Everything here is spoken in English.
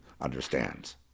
understands